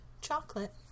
chocolate